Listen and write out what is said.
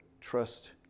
trust